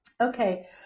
Okay